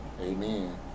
amen